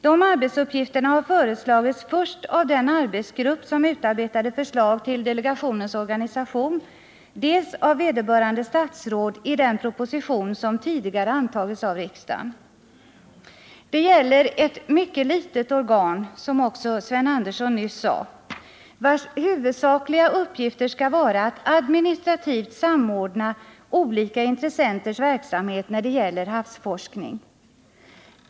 De arbetsuppgifterna har töreslagits först av den arbetsgrupp som utarbetade förslag till delegationens organisation, sedan av vederbörande statsråd i den proposition som tidigare antagits av riksdagen. Det gäller ett mycket litet organ — vilket också Sven Andersson nyss sade — vars huvudsakliga uppgifter skall vara att administrativt samordna olika intressenters verksamhet när det gäller havsforskning.